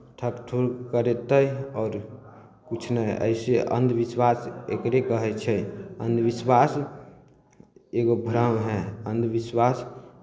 ठक ठुक करतै आओर किछु नहि अइसे अन्धविश्वास एकरे कहै छै अन्धविश्वास एगो भ्रम हइ अन्धविश्वास